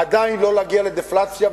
עדיין לא להגיע לדפלציה,